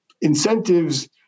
incentives